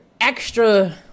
extra